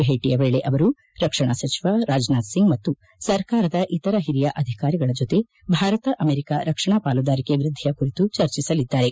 ಭೇಟಿಯ ವೇಳೆ ಅವರು ರಕ್ಷಣಾ ಸಚಿವ ರಾಜನಾಥ್ ಸಿಂಗ್ ಮತ್ತು ಸರ್ಕಾರದ ಇತರ ಹಿರಿಯ ಅಧಿಕಾರಿಗಳ ಜೊತೆ ಭಾರತ ಅಮೆರಿಕ ರಕ್ಷಣಾ ಪಾಲುದಾರಿಕೆ ವೃದ್ದಿಯ ಕುರಿತು ಚರ್ಚಿಸಲಿದ್ದಾರೆ